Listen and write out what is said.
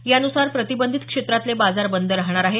यानुसार प्रतिबंधित क्षेत्रातले बाजार बंद राहणार आहेत